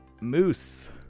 Moose